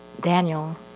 Daniel